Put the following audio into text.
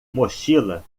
mochila